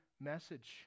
message